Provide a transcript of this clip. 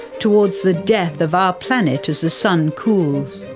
towards the death of our planet as the sun cools.